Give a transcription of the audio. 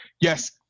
yes